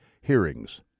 hearings